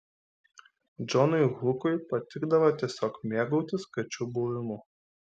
džonui hukui patikdavo tiesiog mėgautis kačių buvimu